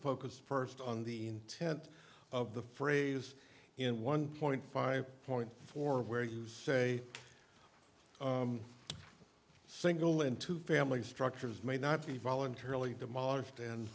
focus first on the intent of the phrase in one point five point four where you say single into family structures may not be voluntarily demolished